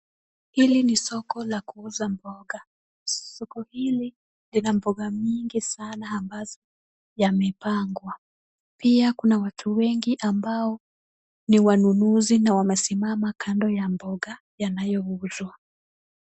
Hili ni soko la kuuza mboga, soko hili lina mboga mingi sana ambazo yamepangwa. Pia kuna watu wengi ambao ni wanunuzi na wamesimama kando ya mboga yanayouzwa.